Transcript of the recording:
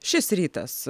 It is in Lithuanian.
šis rytas